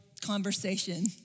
conversation